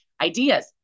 ideas